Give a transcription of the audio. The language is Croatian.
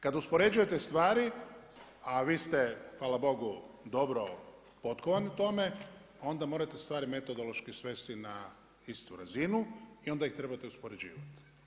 Kad uspoređujete stvari, a vi ste hvala Bogu dobro u potkovani tome, onda morate stvari metodološki svesti na istu razinu i onda ih trebate uspoređivati.